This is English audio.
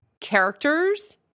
characters